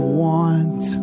want